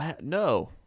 No